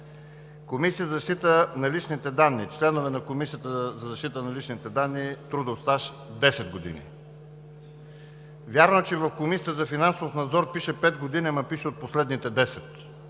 Комисията за защита на личните данни – членове на Комисията за защита на личните данни с трудов стаж 10 години. Вярно е, че в Комисията за финансов надзор пише „пет години“, но пише „от последните